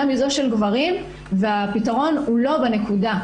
מזו של גברים והפתרון הוא לא בנקודה,